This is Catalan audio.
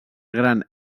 gran